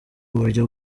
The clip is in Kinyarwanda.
uburyo